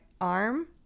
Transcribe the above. arm